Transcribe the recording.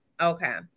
Okay